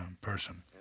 person